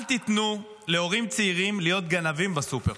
אל תיתנו להורים צעירים להיות גנבים בסופר.